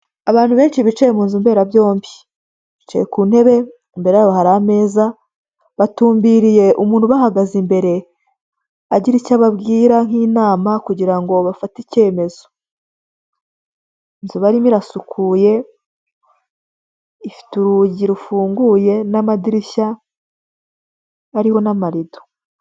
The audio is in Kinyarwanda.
Abantu benshi bicaye mu nzu mberabyombi, bicaye ku ntebe imbere yabo hari ameza, batumbiriye umuntu ubahagaze imbere agira icyo ababwira nk'inama kugira ngo bafate icyemezo, inzu barimo irasukuye ifite urugi rufunguye n'amadirishya arimo n'amarido.